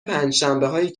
پنجشنبههایی